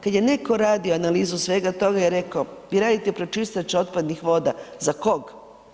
Kada je netko radio analizu svega toga je rekao vi radite pročistač otpadnih voda, za koga?